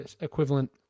equivalent